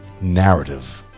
narrative